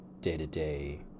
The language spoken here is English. day-to-day